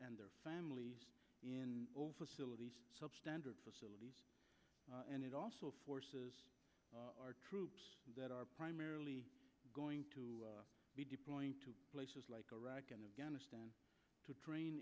and their families in all facilities substandard facilities and it also forces our troops that are primarily going to be deploying to places like iraq and afghanistan to train